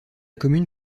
commune